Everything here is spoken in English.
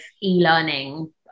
e-learning